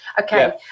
Okay